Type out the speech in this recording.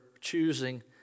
choosing